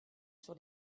sur